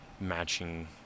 matching